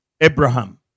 Abraham